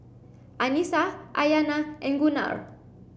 Anissa Aiyana and Gunnar